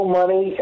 money